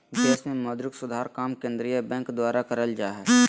देश मे मौद्रिक सुधार काम केंद्रीय बैंक द्वारा करल जा हय